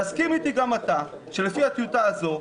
תסכים אתי גם אתה שלפי הטיוטה הזאת,